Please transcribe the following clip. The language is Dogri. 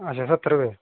अच्छा स्हत्तर रपेऽ